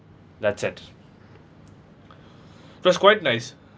that's it it was quite nice